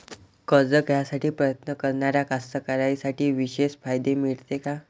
कर्ज घ्यासाठी प्रयत्न करणाऱ्या कास्तकाराइसाठी विशेष फायदे मिळते का?